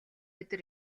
өдөр